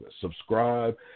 Subscribe